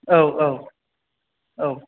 औ औ औ